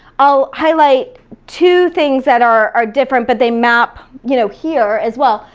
i'll highlight two things that are different, but they map you know here as well.